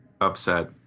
upset